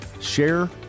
Share